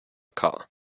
car